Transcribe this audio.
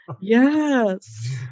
Yes